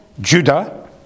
Judah